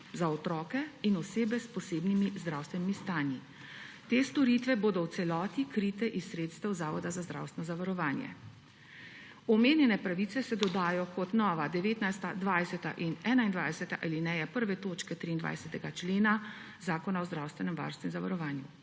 za otroke in osebe s posebnimi zdravstvenimi stanji. Te storitve bodo v celoti krite iz sredstev Zavoda za zdravstveno zavarovanje. Omenjene pravice se dodajo kot nova 19., 20. in 21. alineja prve točke 23. člena Zakona o zdravstvenem varstvu in zavarovanju.